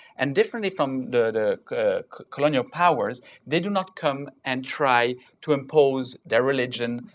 and differently from the colonial powers they do not come and try to impose their religion,